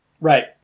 right